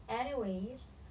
anyways